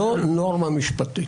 לא נורמה משפטית.